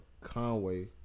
Conway